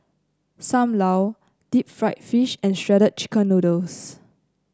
Sam Lau Deep Fried Fish and Shredded Chicken Noodles